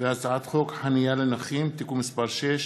הצעת חוק חניה לנכים (תיקון מס' 6),